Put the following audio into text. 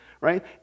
right